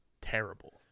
terrible